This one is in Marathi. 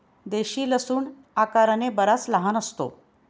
देशी लसूण आकाराने बराच लहान असतो